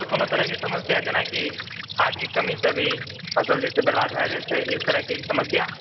कोनो तरहके समस्या जेनाकि खादके कमी से भी फसल जे छै बर्बाद भए जाइ छै एहि तरहके समस्या